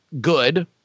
good